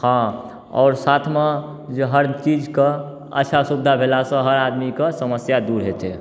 हँ आओर साथमे जे हर चीजके आशा सुविधा भेलासँ हर आदमीके समस्या दूर हेतै